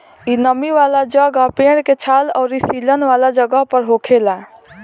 इ नमी वाला जगह, पेड़ के छाल अउरी सीलन वाला जगह पर होखेला